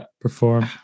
perform